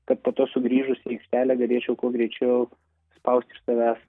kad po to sugrįžus į aikštelę galėčiau kuo greičiau spausti iš savęs